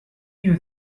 you